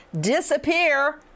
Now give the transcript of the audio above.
disappear